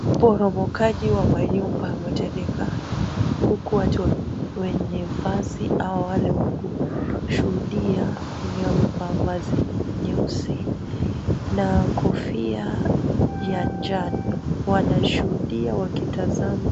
Uporomokaji wa manyumba umetendeka, huku watu wenye vazi au wale wakushuhudia wenye wamevaa vazi nyeusi na kofia ya njano wanashuhuda wa kitazama